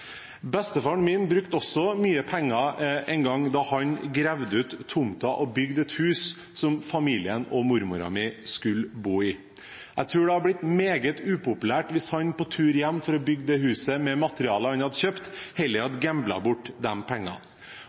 Bestefaren min brukte også mye penger en gang han gravde ut tomten og bygde et hus som familien og mormoren min skulle bo i. Jeg tror det hadde blitt meget upopulært hvis han på tur hjem for å bygge det huset med materialer han hadde kjøpt, heller hadde gamblet bort pengene.